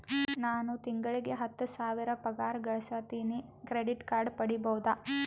ನಾನು ತಿಂಗಳಿಗೆ ಹತ್ತು ಸಾವಿರ ಪಗಾರ ಗಳಸತಿನಿ ಕ್ರೆಡಿಟ್ ಕಾರ್ಡ್ ಪಡಿಬಹುದಾ?